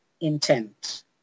intent